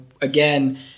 again